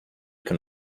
can